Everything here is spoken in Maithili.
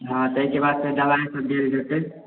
हाँ ताहि के बाद फेर दवाइ देल जेतै